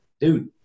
dude